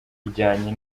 ijyanye